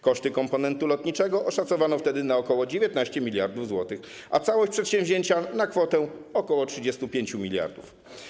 Koszty komponentu lotniczego oszacowano wtedy na ok. 19 mld zł, a całość przedsięwzięcia - na kwotę ok. 35 mld.